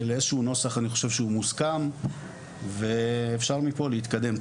לאיזשהו נוסח אני חושב שהוא מוסכם ואפשר מפה להתקדם,